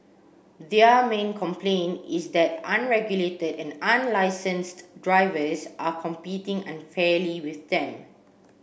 their main complaint is that unregulated and unlicensed drivers are competing unfairly with them